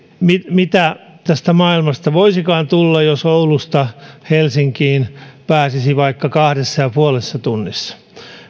mitä tästä maailmasta voisikaan tulla jos oulusta helsinkiin pääsisi vaikka kahdessa ja puolessa tunnissa